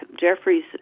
Jeffrey's